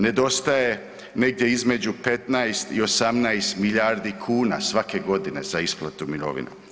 Nedostaje negdje između 15 i 18 milijardi kuna svake godine za isplatu mirovina.